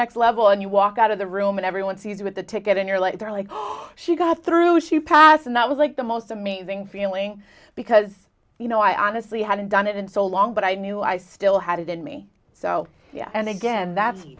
next level and you walk out of the room and everyone seated at the ticket and you're like they're like oh she got through she passed and that was like the most amazing feeling because you know i honestly hadn't done it in so long but i knew i still had it in me so yeah and again that's